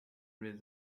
raise